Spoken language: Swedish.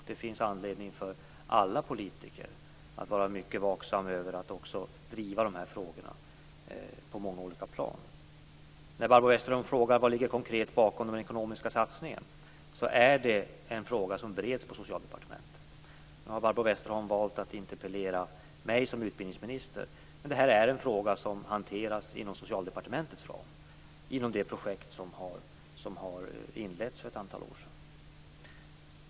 Det finns anledning för alla politiker att vara mycket vaksamma och att också driva de här frågorna på många olika plan. Barbro Westerholm frågar vad som konkret ligger bakom den ekonomiska satsningen. Det är en fråga som bereds på Socialdepartementet. Barbro Westerholm har valt att interpellera mig som utbildningsminister, men det här är en fråga som hanteras inom Socialdepartementets ram för det projekt som har inletts för ett antal år sedan.